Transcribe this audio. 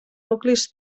nuclis